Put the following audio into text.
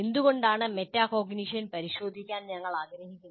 എന്തുകൊണ്ടാണ് മെറ്റാകോഗ്നിഷൻ പരിശോധിക്കാൻ ഞങ്ങൾ ആഗ്രഹിക്കുന്നത്